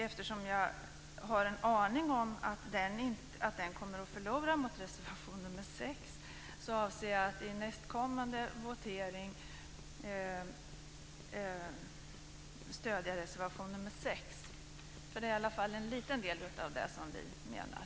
Eftersom jag har en aning om att den kommer att förlora mot reservation nr 6 avser jag att i kommande votering stödja reservation nr 6. Det är i alla fall en liten del av det vi menar.